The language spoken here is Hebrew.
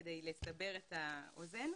כדי לסבר את האוזן,